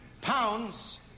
pounds